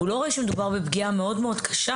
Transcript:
הוא לא רואה שמדובר בפגיעה מאוד קשה.